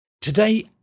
today